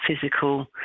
physical